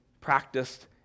practiced